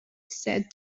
said